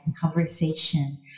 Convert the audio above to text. conversation